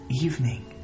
evening